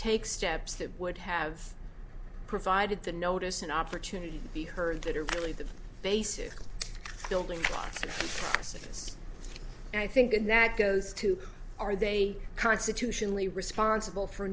take steps that would have provided the notice an opportunity to be heard that are really the basic building houses and i think that goes to are they constitutionally responsible for